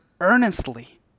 earnestly